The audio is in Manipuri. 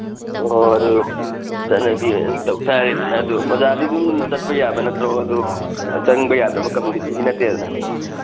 ꯑꯣ ꯑꯗꯨ ꯆꯠꯅꯕꯤ ꯑꯗꯨꯝ ꯇꯧ ꯇꯥꯔꯦꯗꯅ ꯑꯗꯨ ꯑꯣꯖꯥꯗꯤ ꯑꯗꯨꯝ ꯆꯠꯄ ꯌꯥꯕ ꯅꯠꯇ꯭ꯔꯣ ꯑꯗꯨ ꯆꯪꯕ ꯌꯥꯗꯕ ꯀꯃꯨꯅꯤꯇꯤꯗꯤ ꯅꯠꯇꯦꯗꯅ